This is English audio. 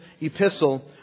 epistle